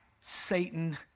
Satan